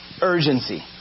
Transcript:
Urgency